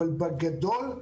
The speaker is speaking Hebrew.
אבל בגדול,